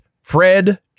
Fred